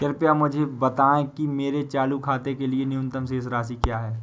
कृपया मुझे बताएं कि मेरे चालू खाते के लिए न्यूनतम शेष राशि क्या है?